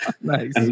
Nice